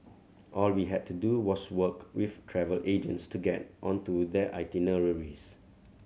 all we had to do was work with travel agents to get onto their itineraries